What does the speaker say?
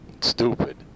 Stupid